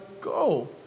go